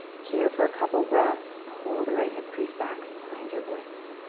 here for a couple breaths, pull the right hip crease back, find your bliss.